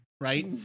right